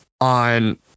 on